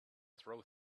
throw